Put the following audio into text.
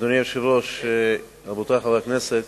אדוני היושב-ראש, רבותי חברי הכנסת,